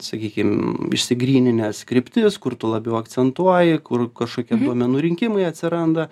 sakykim išsigryninęs kryptis kur tu labiau akcentuoji kur kažkokie duomenų rinkimai atsiranda